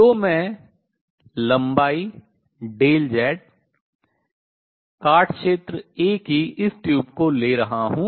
तो मैं लंबाई Z काट क्षेत्र a की इस ट्यूब को ले रहा हूँ